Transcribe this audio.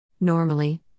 Normally